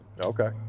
Okay